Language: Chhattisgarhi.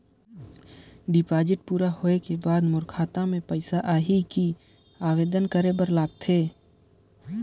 डिपॉजिट पूरा होय के बाद मोर खाता मे पइसा आही कि आवेदन करे बर लगथे?